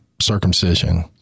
circumcision